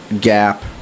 gap